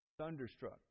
Thunderstruck